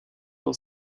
dans